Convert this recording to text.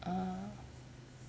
ah